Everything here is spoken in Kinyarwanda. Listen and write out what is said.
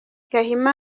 gahima